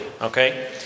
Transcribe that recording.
Okay